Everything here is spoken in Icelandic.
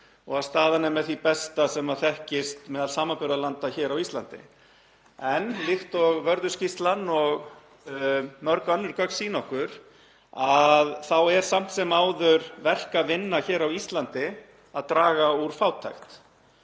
og að staðan er með því besta sem þekkist meðal samanburðarlanda hér á Íslandi. En líkt og Vörðuskýrslan og mörg önnur gögn sýna okkur þá er samt sem áður verk að vinna á Íslandi við að draga úr fátækt.